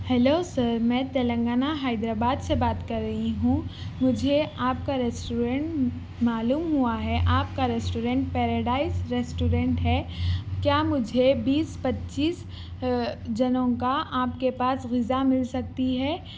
hello sir میں تلنگانہ حیدرآباد سے بات کر رہی ہوں مجھے آپ کا ریسٹورنٹ معلوم ہوا ہے آپ کا ریسٹورنٹ پیراڈائز ریسٹورنٹ ہے کیا مجھے بیس پچیس جنوں کا آپ کے پاس غذا مل سکتی ہے